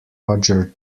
roger